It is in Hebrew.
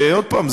ועוד פעם,